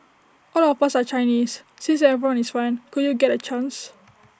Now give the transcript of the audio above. all of us are Chinese since everyone is fine could you get A chance